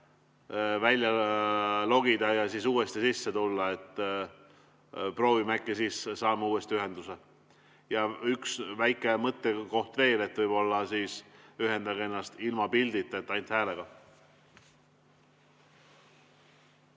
välja logida ja siis uuesti sisse tulla? Proovime, äkki siis saame uuesti ühenduse. Ja üks väike mõttekoht veel, võib-olla peaksite ühendama ennast ilma pildita, ainult häälega.